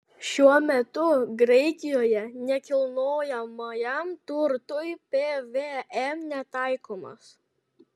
šiuo metu graikijoje nekilnojamajam turtui pvm netaikomas